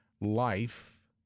life